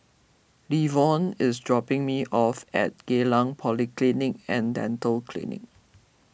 Levon is dropping me off at Geylang Polyclinic and Dental Clinic